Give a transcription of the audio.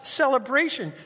celebration